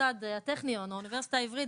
הטכניון או האוניברסיטה העברית.